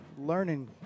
learning